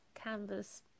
canvas